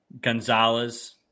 Gonzalez